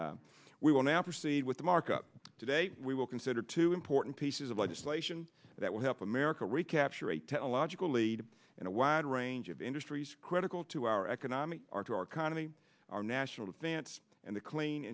we will now proceed with the markup today we will consider two important pieces of legislation that will help america recapture a technological lead in a wide range of industries critical to our economic our to our economy our national defense and the clean